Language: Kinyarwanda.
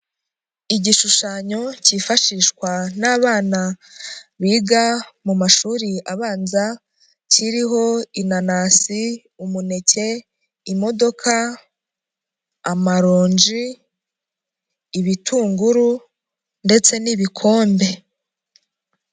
Igishushanyo kifashishwa n'abana biga mu mashuri abanza, kiriho inanasi, umuneke, imodoka, amaronji, ibitunguru ndetse n'ibikombe.